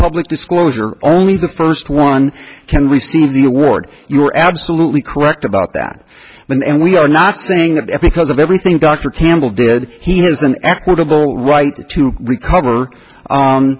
public disclosure only the first one can receive the award you are absolutely correct about that and we are not saying that any because of everything dr campbell did he has an equitable right to recover